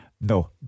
No